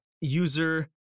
User